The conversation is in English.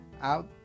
out